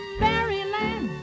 fairyland